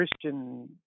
Christian